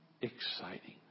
exciting